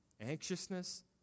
anxiousness